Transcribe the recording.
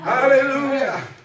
Hallelujah